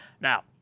Now